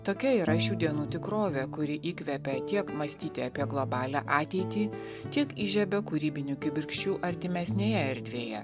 tokia yra šių dienų tikrovė kuri įkvepia tiek mąstyti apie globalią ateitį tiek įžiebia kūrybinių kibirkščių artimesnėje erdvėje